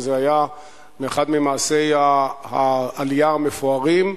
וזה היה אחד ממעשי העלייה המפוארים.